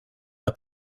are